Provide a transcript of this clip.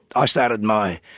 i started my